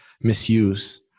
misuse